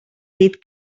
dit